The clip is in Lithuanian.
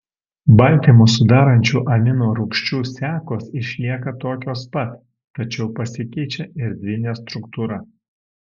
baltymus sudarančių amino rūgčių sekos išlieka tokios pat tačiau pasikeičia erdvinė struktūra